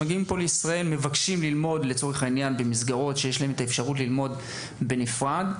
מבקשים ללמוד במסגרות אקדמיות נפרדות,